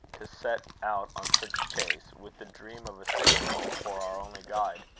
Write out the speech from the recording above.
to set out on such a chase, with the dream of a sick girl for our only guide?